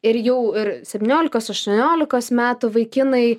ir jau ir septyniolikos aštuoniolikos metų vaikinai